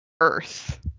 Earth